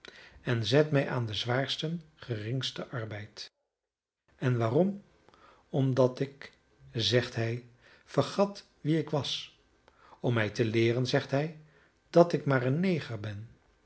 en zet mij aan den zwaarsten geringsten arbeid en waarom omdat ik zegt hij vergat wie ik was om mij te leeren zegt hij dat ik maar een neger ben